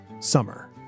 Summer